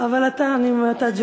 אבל אתה ג'וקר.